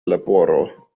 leporo